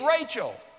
Rachel